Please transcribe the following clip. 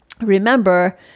Remember